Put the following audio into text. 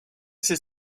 ces